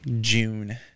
June